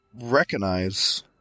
recognize